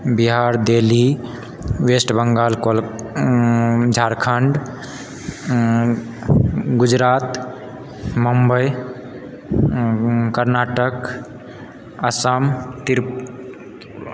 Bihar Delhi West Bengal कोल झारखण्ड गुजरात मुम्बइ कर्नाटक असम त्रि